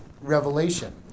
Revelation